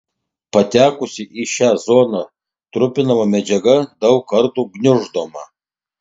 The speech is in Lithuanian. patekusi į šią zoną trupinama medžiaga daug kartų gniuždoma